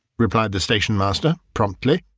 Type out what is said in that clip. replied the station-master promptly.